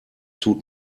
tut